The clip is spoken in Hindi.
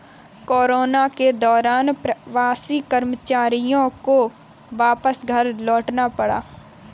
कोरोना के दौरान प्रवासी कर्मचारियों को वापस घर लौटना पड़ा